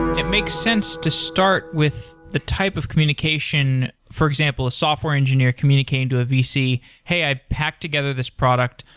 it makes sense to start with the type of communication, for example, a software engineer communicating to a vc, hey, i packed together this product.